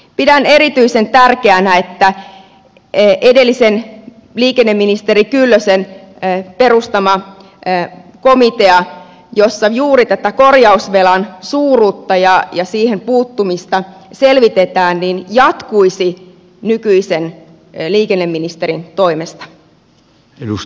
pidän erityisen tärkeänä että edellisen liikenneministeri kyllösen perustama komitea jossa juuri tätä korjausvelan suuruutta ja siihen puuttumista selvitetään jatkuisi nykyisen liikenneministerin toimesta